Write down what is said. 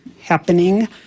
happening